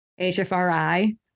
HFRI